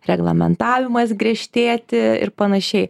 reglamentavimas griežtėti ir panašiai